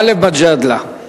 גאלב מג'אדלה,